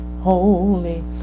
holy